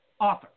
Author